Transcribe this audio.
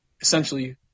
essentially –